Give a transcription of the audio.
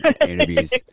interviews